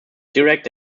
direct